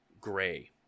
gray